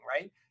right